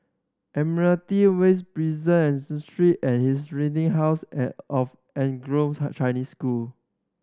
Admiralty West Prison Street and Historic House and of Anglo Chinese School